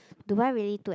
Dubai really too